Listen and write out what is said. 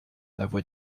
avoua